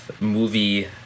movie